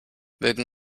mögen